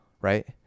Right